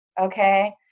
Okay